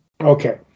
okay